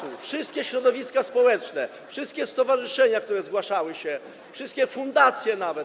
Objęło to wszystkie środowiska społeczne, wszystkie stowarzyszenia, które zgłaszały się, wszystkie fundacje nawet.